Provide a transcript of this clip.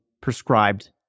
prescribed